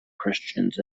christians